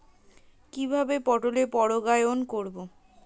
কিভাবে পটলের পরাগায়ন করব?